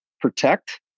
protect